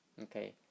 Okay